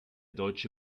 deutsche